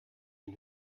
den